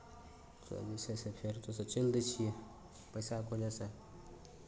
कभी जे छै से फेर ओतयसँ चलि दै छियै पैसाके वजहसँ